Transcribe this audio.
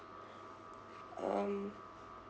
um